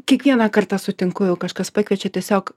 kiekvieną kartą sutinku jau kažkas pakviečia tiesiog